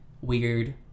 weird